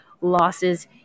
losses